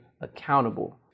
accountable